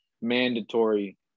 mandatory